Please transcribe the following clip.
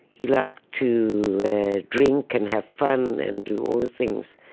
he liked to drink and have fun and do all the things,